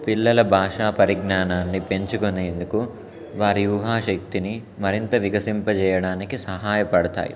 పిల్లల భాషా పరిజ్ఞానాన్నిపెంచుకునేందుకు వారి ఊహా శక్తిని మరింత వికసింపజేయడానికి సహాయపడతాయి